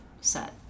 set